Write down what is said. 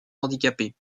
handicapées